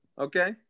okay